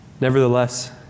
Nevertheless